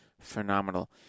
phenomenal